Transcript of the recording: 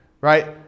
right